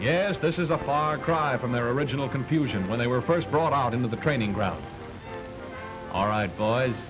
yes this is a far cry from the original confusion when they were first brought out into the training ground all right boy